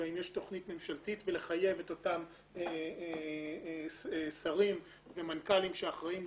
והאם יש תוכנית ממשלתית ולחייב את אותם שרים ומנכ"לים שאחראים,